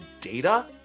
data